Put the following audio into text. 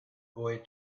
boy